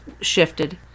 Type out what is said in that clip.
shifted